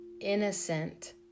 innocent